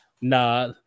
Nah